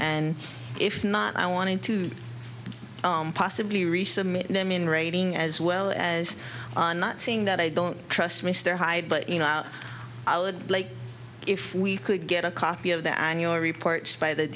and if not i wanted to possibly resubmit them in writing as well as not saying that i don't trust mr hyde but you know i would like if we could get a copy of the annual report by the